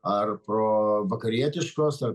ar pro vakarietiškos ar